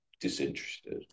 disinterested